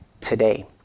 today